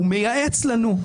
הוא מייעץ לנו.